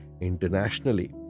internationally